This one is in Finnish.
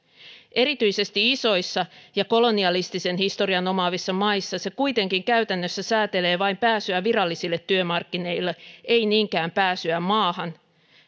erityisesti isoissa ja kolonialistisen historian omaavissa maissa se kuitenkin käytännössä säätelee vain pääsyä virallisille työmarkkinoille ei niinkään pääsyä maahan